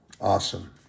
awesome